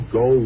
go